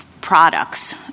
products